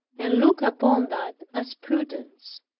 and look upon that as prudence.